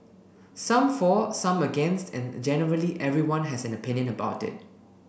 some for some against and generally everyone has an opinion about it